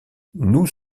nous